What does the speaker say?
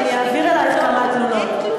ואני אעביר אלייך כמה תלונות,